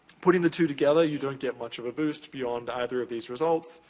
putting the two together, you don't get much of a boost beyond either of these results.